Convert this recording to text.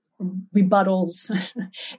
rebuttals